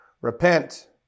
Repent